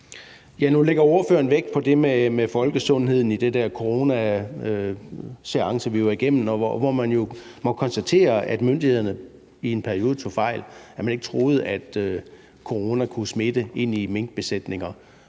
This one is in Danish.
Nu lægger ordføreren vægt på det med folkesundheden i den der coronaseance, vi var igennem, og hvor man jo må konstatere, at myndighederne i en periode tog fejl. Man troede ikke, at corona kunne smitte minkbesætninger,